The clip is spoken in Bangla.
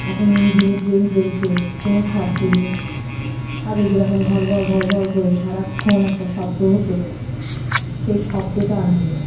এখন ইঞ্জিনে ট্রেন চলছে কোনো শব্দ নেই আগে যেরকম ঘরঘর ঘরঘর করে সারাক্ষণ একটা শব্দ হতো সেই শব্দটা আর নেই